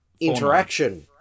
interaction